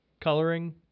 coloring